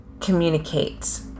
communicates